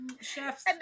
chef's